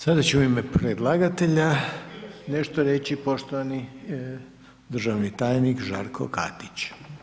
Sada će u ime predlagatelja nešto reći poštovani državni tajnik Žarko Katić.